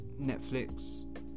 Netflix